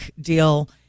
deal